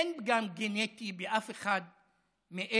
אין פגם גנטי באף אחד מאלה.